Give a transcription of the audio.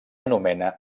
anomena